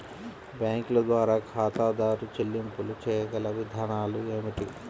బ్యాంకుల ద్వారా ఖాతాదారు చెల్లింపులు చేయగల విధానాలు ఏమిటి?